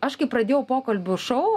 aš kai pradėjau pokalbių šou